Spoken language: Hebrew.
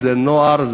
נוער,